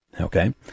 Okay